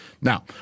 Now